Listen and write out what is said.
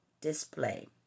display